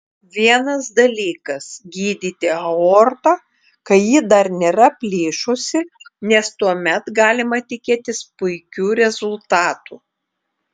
vienas dalykas gydyti aortą kai ji dar nėra plyšusi nes tuomet galima tikėtis puikių rezultatų